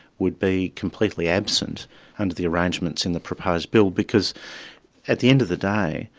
would be completely absent under the arrangements in the proposed bill, because at the end of the day,